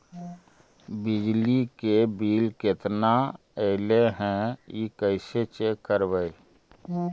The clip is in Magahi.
बिजली के बिल केतना ऐले हे इ कैसे चेक करबइ?